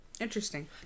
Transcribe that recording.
Interesting